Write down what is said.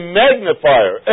magnifier